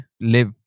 live